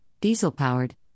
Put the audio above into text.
diesel-powered